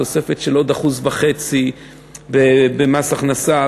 תוספת של עוד 1.5% במס הכנסה,